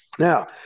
Now